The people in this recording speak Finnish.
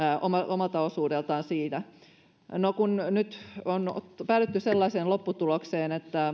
omalta osuudeltaan siitä kun nyt on päädytty sellaiseen lopputulokseen että